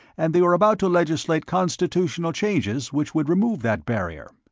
and they were about to legislate constitutional changes which would remove that barrier.